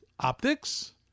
Optics